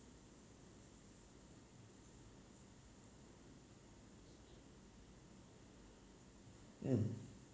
mm